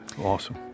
Awesome